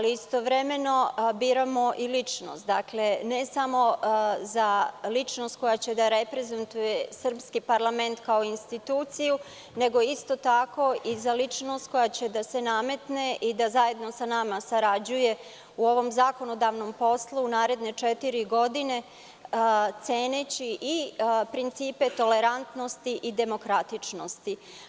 Istovremeno biramo i ličnost, ne samo ličnost koja će da reprezentuje srpski parlament kao instituciju, nego i isto tako ličnost koja će da se nametne i da zajedno sa nama sarađuje u ovom zakonodavnom poslu u naredne četiri godine, ceneći i principe i tolerantnost i demokratičnost.